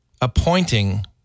appointing